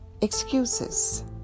excuses